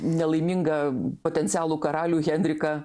nelaimingą potencialų karalių henriką